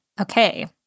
Okay